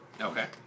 Okay